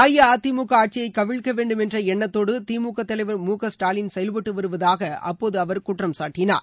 அஇஅதிமுகஆட்சியைக் கவிழ்க்கவேண்டும் என்றஎண்ணத்தோடுதிமுகதலைவர் மு க ஸ்டாலின் செயல்பட்டுவருவதாகஅப்போதுஅவர் குற்றம் சாட்டினார்